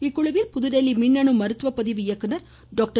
இக்குழுவில் புதுதில்லி மின்னணு மருத்துவ பதிவு இயக்குனர் டாக்டர்